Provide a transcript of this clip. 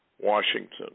Washington